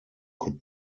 could